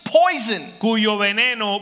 poison